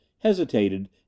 hesitated